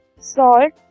salt